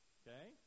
okay